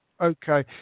Okay